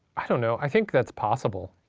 i don't know, i think that's possible.